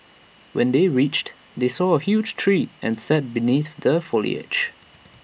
when they reached they saw A huge tree and sat beneath the foliage